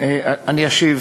אני אשיב,